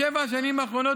בשבע השנים האחרונות,